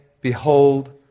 behold